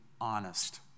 honest